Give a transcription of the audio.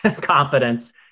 confidence